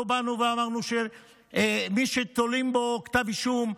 לא באנו ואמרנו שמי שתולים בו כתב אישום,